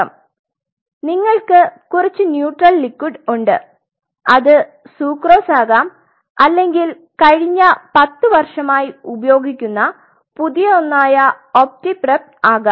അതിനാൽ നിങ്ങൾക്ക് കുറച്ച് ന്യൂട്രൽ ലിക്വിഡ് ഉണ്ട് അത് സുക്രോസ് ആകാംഅല്ലെങ്കിൽ കഴിഞ്ഞ 10 വർഷമായി ഉപയോഗിക്കുന്ന പുതിയ ഒന്നായ ഒപ്റ്റി പ്രെപ്പ് ആകാം